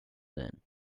then